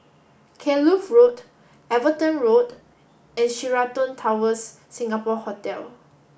Kloof Road Everton Road and Sheraton Towers Singapore Hotel